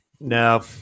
No